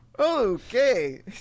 Okay